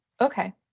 Okay